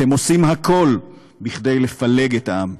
אתם עושים הכול כדי לפלג את העם.